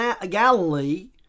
Galilee